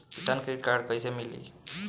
किसान credit card कइसे मिली?